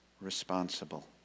responsible